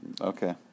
Okay